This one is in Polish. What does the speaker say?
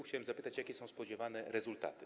Chciałem zapytać: Jakie są spodziewane rezultaty?